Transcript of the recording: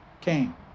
came